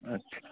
अच्छा